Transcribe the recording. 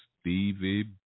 stevie